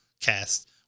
cast